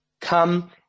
come